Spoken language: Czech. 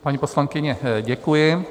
Paní poslankyně, děkuji.